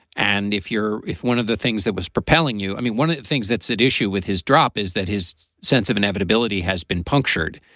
and if you're if one of the things that was propelling you, i mean, one of the things that's at issue with his drop is that his sense of inevitability has been punctured.